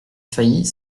faillit